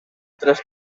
tres